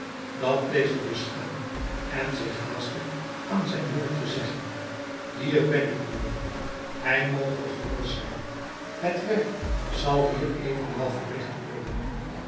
dat deze dus ga en zich haaste aan zijn moeder te zeggen hier ben ik moeder hij moge gerust zijn het werk zal hier evenwel verricht worden